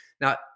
Now